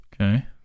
Okay